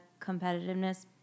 competitiveness